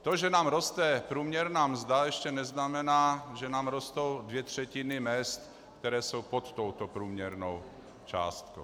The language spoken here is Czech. To, že nám roste průměrná mzda, ještě neznamená, že nám rostou dvě třetiny mezd, které jsou pod touto průměrnou částkou.